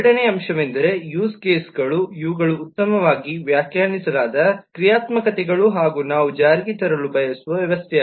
ಎರಡನೆಯ ಅಂಶವೆಂದರೆ ಯೂಸ್ ಕೇಸ್ಗಳು ಇವುಗಳ ಉತ್ತಮವಾಗಿ ವ್ಯಾಖ್ಯಾನಿಸಲಾದ ಕ್ರಿಯಾತ್ಮಕತೆಗಳು ನಾವು ಜಾರಿಗೆ ತರಲು ಬಯಸುವ ವ್ಯವಸ್ಥೆ